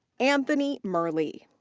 anthony merlie.